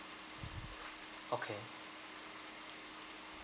okay